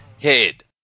head